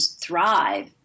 thrive